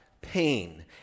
pain